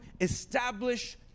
establish